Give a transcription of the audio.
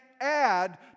add